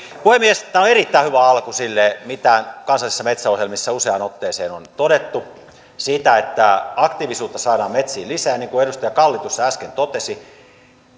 puhemies tämä on erittäin hyvä alku sille mitä kansallisissa metsäohjelmissa useaan otteeseen on todettu siitä että aktiivisuutta saadaan metsiin lisää niin kuin edustaja kalli tuossa äsken totesi